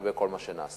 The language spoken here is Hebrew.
לגבי כל מה שנעשה.